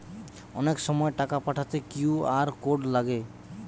অনেক সময় টাকা পাঠাতে কিউ.আর কোড লাগে